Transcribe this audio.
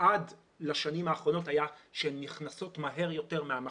עד לשנים האחרונות היה שהן נכנסות מהר יותר מהמחז"מים,